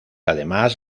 además